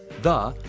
the,